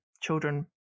children